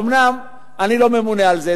אומנם אני לא ממונה על זה,